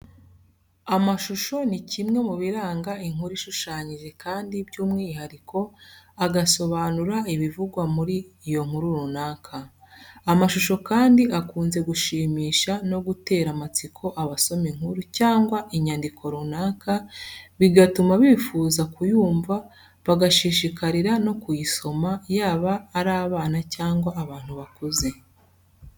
Amashusho ni kimwe mu biranga inkuru ishushanyije Kandi by'umwihariko agasobanura ibivugwa muri iyo nkuru runaka. Amashusho kandi akunze gushimisha no gutera amatsiko abasoma inkuru cyangwa inyandiko runaka bigatuma bifuza kuyumva bagashishikarira no kuyisoma yaba ari abana cyangwa abantu bakuze.